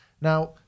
Now